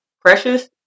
precious